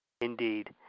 Indeed